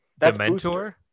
Dementor